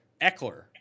Eckler